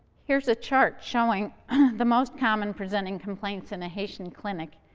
here's a chart showing the most common presenting complaints in a haitian clinic,